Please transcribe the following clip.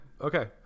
okay